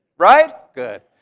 right? good.